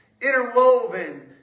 interwoven